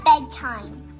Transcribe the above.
bedtime